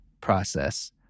process